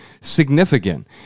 significant